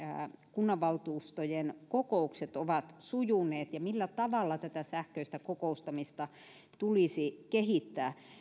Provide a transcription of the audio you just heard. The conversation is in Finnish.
kunnanvaltuustojen kokoukset ovat sujuneet ja siitä millä tavalla tätä sähköistä kokoustamista tulisi kehittää